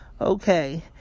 Okay